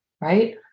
right